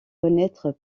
connaître